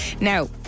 now